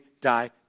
die